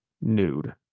nude